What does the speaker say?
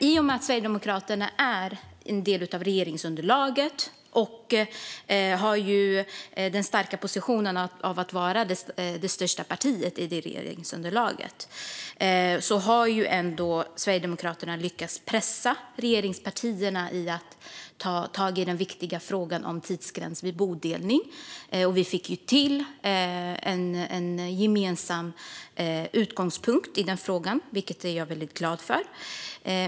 I och med att Sverigedemokraterna är en del av regeringsunderlaget och har den starka positionen att vara det största partiet i regeringsunderlaget har Sverigedemokraterna lyckats pressa regeringspartierna att ta tag i den viktiga frågan om tidsgräns vid bodelning. Vi fick till en gemensam utgångspunkt i den frågan, vilket jag är väldigt glad för.